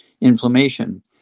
inflammation